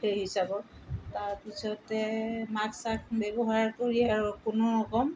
সেই হিচাপত তাৰপিছতে মাস্ক চাক ব্যৱহাৰ কৰি আৰু কোনো ৰকম